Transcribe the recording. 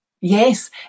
Yes